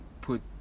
put